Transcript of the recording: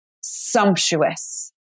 sumptuous